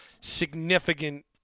significant